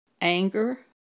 anger